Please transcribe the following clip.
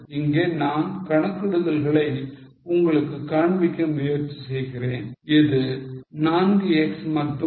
இங்கே நான் கணக்கிடுதல்களை உங்களுக்கு காண்பிக்க முயற்சி செய்கிறேன் இது 4 x மற்றும் 0